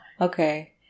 Okay